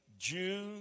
June